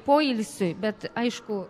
poilsiui bet aišku